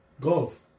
Golf